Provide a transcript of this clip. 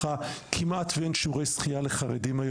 כמעט שאין שיעורי שחייה לחרדים,